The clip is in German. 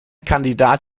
kandidat